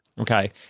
Okay